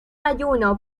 ayuno